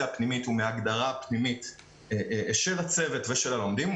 הפנימית ומההגדרה הפנימית של הצוות ושל הלומדים.